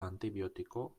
antibiotiko